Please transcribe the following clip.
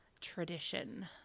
tradition